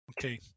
Okay